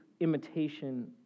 imitation